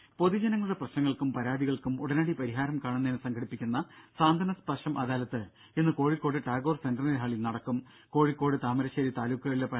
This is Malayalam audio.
രും പൊതുജനങ്ങളുടെ പ്രശ്നങ്ങൾക്കും പരാതികൾക്കും ഉടനടി പരിഹാരം കാണുന്നതിന് സംഘടിപ്പിക്കുന്ന സാന്ത്വനസ്പർശം അദാലത്ത് ഇന്ന് കോഴിക്കോട് ടാഗോർ സെന്റിനറി ഹാളിൽ കോഴിക്കോട് താമരശ്ശേരി താലൂക്കുകളിലെ നടക്കും